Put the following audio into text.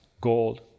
gold